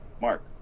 Mark